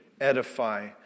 edify